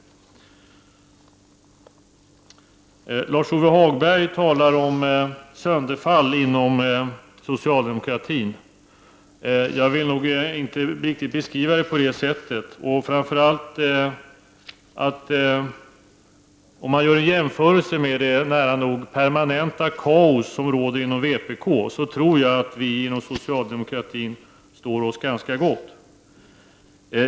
Lars-Ove Hagberg talade om sönderfall inom socialdemokratin. Jag vill inte riktigt beskriva det på det sättet. Om man jämför med det nära nog permanenta kaos som råder inom vpk tror jag att vi inom socialdemokratin står oss ganska gott.